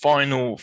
Final